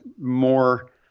more